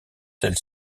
celle